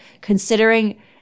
considering